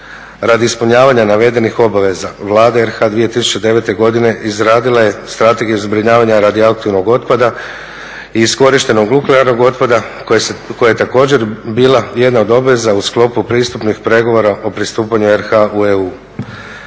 Radi ispunjavanja obveza Vlada RH 2009.godine izradila je Strategiju zbrinjavanja radioaktivnog otpada iskorištenog nuklearnog otpada koja je također bila jedna od obveza u sklopu pristupnih pregovora o pristupanju RH u EU.